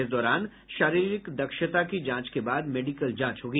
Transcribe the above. इस दौरान शरीरिक दक्षता की जांच के बाद मेडिकल जांच होगी